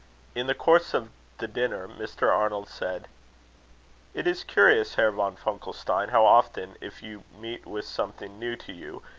in the course of the dinner, mr. arnold said it is curious, herr von funkelstein, how often, if you meet with something new to you,